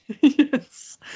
Yes